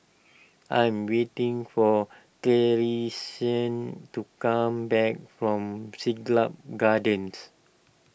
I am waiting for Tristian to come back from Siglap Gardens